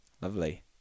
Lovely